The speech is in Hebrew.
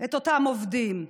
את אותם עובדים.